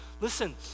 listen